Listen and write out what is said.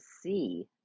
see